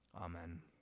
Amen